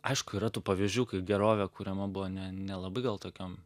aišku yra tų pavyzdžių kai gerovė kuriama buvo ne nelabai gal tokiom